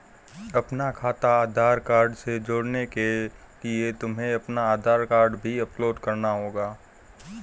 अपना खाता आधार कार्ड से जोड़ने के लिए तुम्हें अपना आधार कार्ड भी अपलोड करना होगा